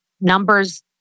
numbers